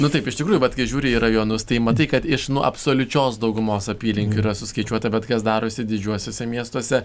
nu taip iš tikrųjų bet kai žiūri į rajonus tai matai kad iš absoliučios daugumos apylinkių yra suskaičiuota bet kas darosi didžiuosiuose miestuose